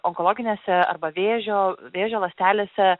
onkologinėse arba vėžio vėžio ląstelėse